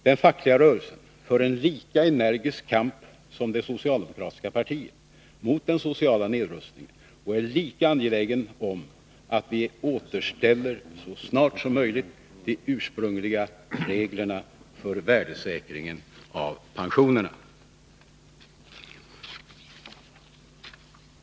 Den fackliga rörelsen för en lika energisk kamp som det socialdemokratiska partiet mot den sociala nedrustningen och är lika angelägen om att vi så snart som möjligt återställer de ursprungliga reglerna för värdesäkringen av pensionerna.